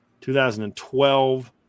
2012